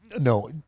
No